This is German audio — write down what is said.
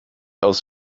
aus